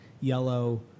yellow